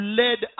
led